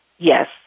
Yes